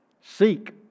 Seek